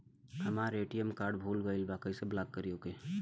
हमार ATM card भूला गईल बा कईसे ब्लॉक करी ओके?